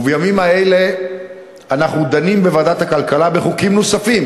ובימים האלה אנחנו דנים בוועדת הכלכלה בחוקים נוספים